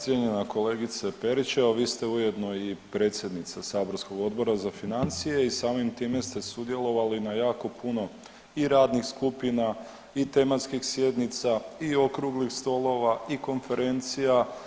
Cijenjena kolegice Perić evo vi ste ujedno i predsjednica saborskog Odbora za financije i samim time ste sudjelovali na jako puno i radnih skupina, i tematskih sjednica, i okruglih stolova, i konferencija.